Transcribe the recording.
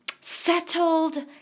settled